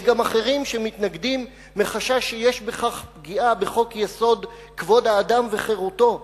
יש אחרים שמתנגדים מחשש שיש בכך פגיעה בחוק-יסוד: כבוד האדם וחירותו,